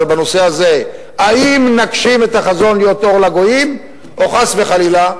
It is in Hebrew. אבל בנושא הזה: האם נגשים את החזון להיות אור לגויים או חס וחלילה,